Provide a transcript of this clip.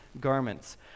garments